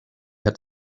had